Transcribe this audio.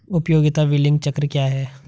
उपयोगिता बिलिंग चक्र क्या है?